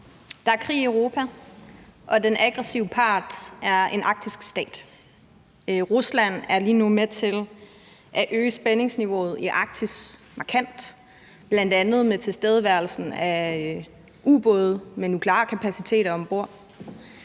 Der er krig i Europa, og den aggressive part er en arktisk stat. Rusland er lige nu med til at øge spændingsniveauet i Arktis markant, bl.a. med tilstedeværelsen af ubåde med nukleare kapaciteter.